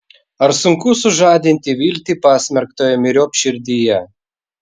ar sunku sužadinti viltį pasmerktojo myriop širdyje